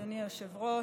אדוני היושב-ראש.